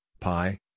Pi